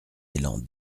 élan